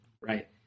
right